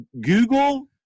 Google